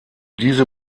diese